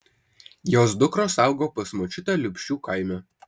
jos dukros augo pas močiutę liupšių kaime